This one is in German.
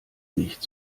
nicht